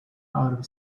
outer